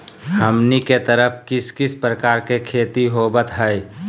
हमनी के तरफ किस किस प्रकार के खेती होवत है?